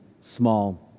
small